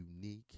Unique